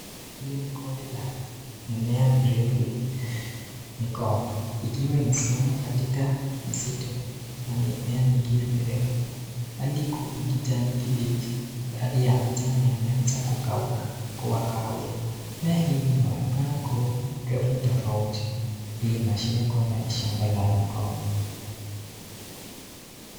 Hili ni kundi la mimea mirefu, migomba. Ikiwa imesimama katika misitu na mimea mingine mirefu. Rangi kuu ni kijani kibichi. Baadhi ya majani yameanza kukauka kuwa kahawia. Mimea hii inaonekana kuwa refu tofauti. Hii inaashiria kwamba ni shamba la migomba.